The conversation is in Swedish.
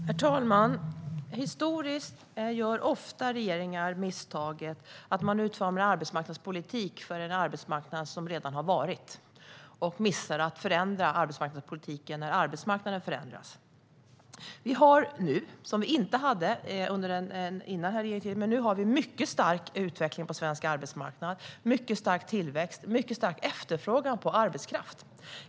Herr talman! Historiskt har regeringar ofta gjort misstaget att utforma arbetsmarknadspolitik för en arbetsmarknad som redan har varit och missat att förändra arbetsmarknadspolitiken när arbetsmarknaden förändras. Vi har nu, vilket vi inte hade innan denna regering tillträdde, en mycket stark utveckling på svensk arbetsmarknad, mycket stark tillväxt och mycket stor efterfrågan på arbetskraft.